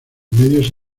medios